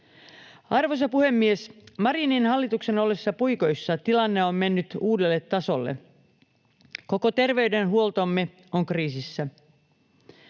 Arvoisa puhemies! Marinin hallituksen ollessa puikoissa tilanne on mennyt uudelle tasolle. Koko terveydenhuoltomme on kriisissä.